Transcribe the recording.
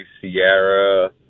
Sierra